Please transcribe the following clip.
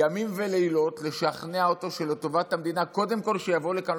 ימים ולילות לשכנע אותו שלטובת המדינה קודם כול שיבוא לכאן,